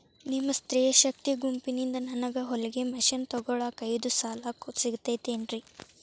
ನಿಮ್ಮ ಸ್ತ್ರೇ ಶಕ್ತಿ ಗುಂಪಿನಿಂದ ನನಗ ಹೊಲಗಿ ಮಷೇನ್ ತೊಗೋಳಾಕ್ ಐದು ಸಾಲ ಸಿಗತೈತೇನ್ರಿ?